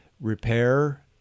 repair